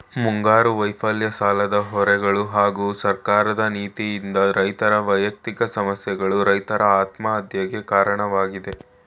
ಮುಂಗಾರು ವೈಫಲ್ಯ ಸಾಲದ ಹೊರೆಗಳು ಹಾಗೂ ಸರ್ಕಾರದ ನೀತಿಯಿಂದ ರೈತರ ವ್ಯಯಕ್ತಿಕ ಸಮಸ್ಯೆಗಳು ರೈತರ ಆತ್ಮಹತ್ಯೆಗೆ ಕಾರಣವಾಗಯ್ತೆ